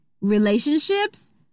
relationships